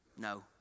No